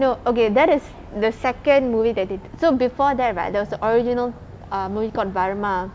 no okay that is the second movie they did so before that right there was a original uh movie called Varma